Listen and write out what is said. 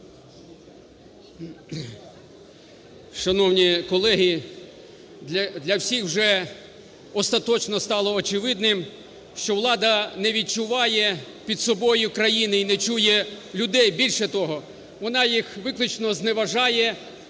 Шановні колеги, для всіх вже остаточно стало очевидним, що влада не відчуває під собою країни і не чує людей. Більше того, вона їх виключно зневажає,